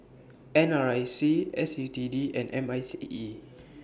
N R I C S U T D and M I C E